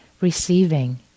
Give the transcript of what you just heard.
receiving